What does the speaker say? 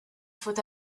faut